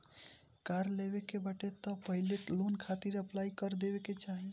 कार लेवे के बाटे तअ पहिले लोन खातिर अप्लाई कर देवे के चाही